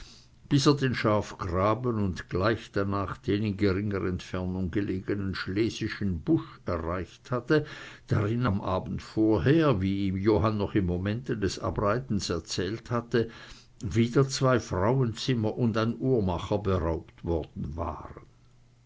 bis er den schafgraben und gleich danach den in geringer entfernung gelegenen schlesischen busch erreicht hatte drin am abend vorher wie ihm johann noch im momente des abreitens erzählt hatte wieder zwei frauenzimmer und ein uhrmacher beraubt worden waren